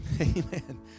Amen